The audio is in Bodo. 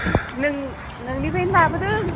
नों नोंनिफ्रायनो लाबोदों